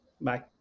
Bye